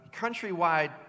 countrywide